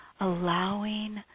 Allowing